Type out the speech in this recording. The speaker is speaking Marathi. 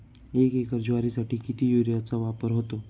एक एकर ज्वारीसाठी किती युरियाचा वापर होतो?